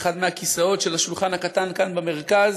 לאחד מהכיסאות של השולחן הקטן כאן במרכז,